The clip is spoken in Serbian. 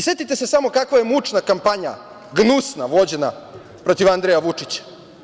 Setite se samo kakva je mučna kampanja, gnusna vođena protiv Andreja Vučića.